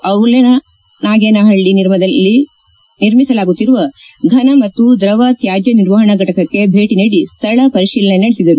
ಗ್ರಾಮದಲ್ಲಿ ನಿರ್ಮಿಸಲಾಗುತ್ತಿರುವ ಘನ ಮತ್ತು ದ್ರವ ತ್ಯಾದ್ಯ ನಿರ್ವಹಣಾ ಘಟಕಕ್ಕೆ ಭೇಟಿ ನೀಡಿ ಸ್ವಳ ಪರಿತೀಲನೆ ನಡೆಸಿದರು